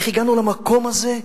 איך הגענו למקום הזה,